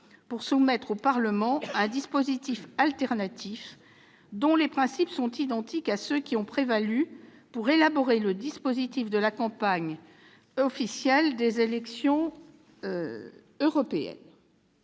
pour soumettre au Parlement un dispositif alternatif dont les principes sont identiques à ceux qui ont prévalu pour élaborer le dispositif de la campagne officielle des élections européennes.